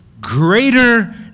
greater